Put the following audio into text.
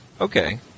Okay